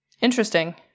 Interesting